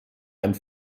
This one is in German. einen